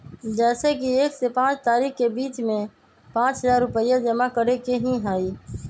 जैसे कि एक से पाँच तारीक के बीज में पाँच हजार रुपया जमा करेके ही हैई?